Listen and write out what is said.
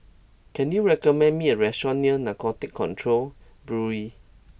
can you recommend me a restaurant near Narcotics Control Bureau